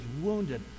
wounded